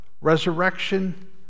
resurrection